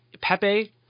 Pepe